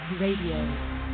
Radio